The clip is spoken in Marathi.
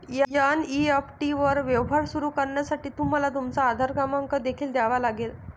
एन.ई.एफ.टी वर व्यवहार सुरू करण्यासाठी तुम्हाला तुमचा आधार क्रमांक देखील द्यावा लागेल